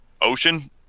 Ocean